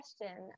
question